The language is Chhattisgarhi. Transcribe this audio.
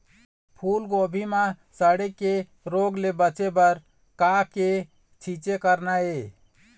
फूलगोभी म सड़े के रोग ले बचे बर का के छींचे करना ये?